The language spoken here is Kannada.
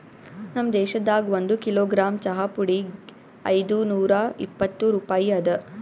ನಮ್ ದೇಶದಾಗ್ ಒಂದು ಕಿಲೋಗ್ರಾಮ್ ಚಹಾ ಪುಡಿಗ್ ಐದು ನೂರಾ ಇಪ್ಪತ್ತು ರೂಪಾಯಿ ಅದಾ